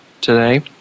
today